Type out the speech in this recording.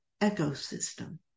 ecosystem